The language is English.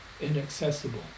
inaccessible